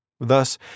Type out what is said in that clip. Thus